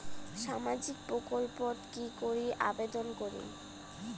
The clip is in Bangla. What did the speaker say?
সামাজিক প্রকল্পত কি করি আবেদন করিম?